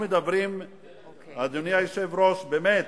אדוני היושב-ראש, באמת.